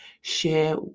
Share